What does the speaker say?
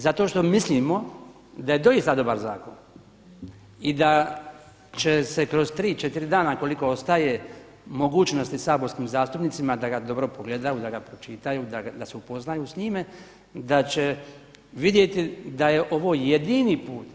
Zato što mislimo da je doista dobar zakon i da će se kroz 3, 4 dana koliko ostaje mogućnosti saborskim zastupnicima da ga dobro pogledaju, da ga pročitaju, da se upoznaju s njime da će vidjeti da je ovo jedini put.